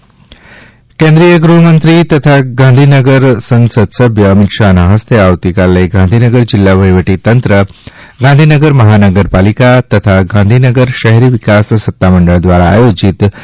અમિતશાહ્ કેન્દ્રિય ગૃફ મંત્રી તથા ગાંધીનગર સંસદસભ્ય અમિત શાફના ફસ્તે આવતીકાલે ગાંધીનગર જિલ્લા વફીવટી તંત્ર ગાંધીનગર મફાનગરપાલિકા તથા ગાંધીનગર શહેરી વિકાસ સત્તામંડળ દ્વારા આયોજિત રૂ